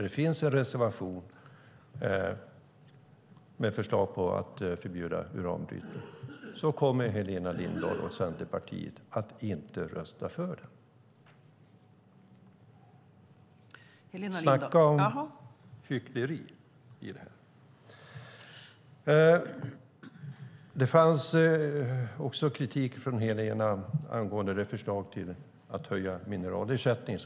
Det finns en reservation med förslag om att förbjuda uranbrytning, men Helena Lindahl och Centerpartiet kommer inte att rösta för den. Snacka om hyckleri! Det fanns kritik från Helena mot Vänsterpartiets förslag om att höja mineralersättningen.